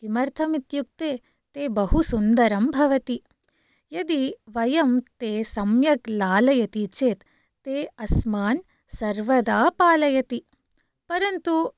किमर्थम् इत्युक्ते ते बहु सुन्दरं भवति यदि वयं ते सम्यक् लालयति चेत् ते अस्मान् सर्वदा पालयति परन्तु